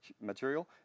material